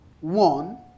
One